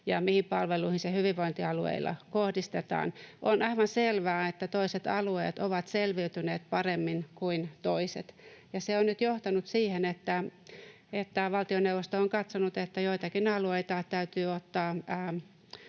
ja mihin palveluihin se hyvinvointialueilla kohdistetaan. On aivan selvää, että toiset alueet ovat selviytyneet paremmin kuin toiset, ja se on nyt johtanut siihen, että valtioneuvosto on katsonut, että joitakin alueita täytyy ottaa